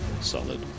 solid